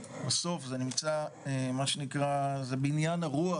בסוף הטיפול בנכי צה"ל הוא בעניין הרוח